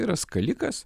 yra skalikas